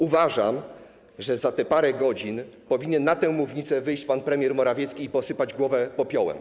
Uważam, że za parę godzin powinien wyjść na tę mównicę pan premier Morawiecki i posypać głowę popiołem.